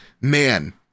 man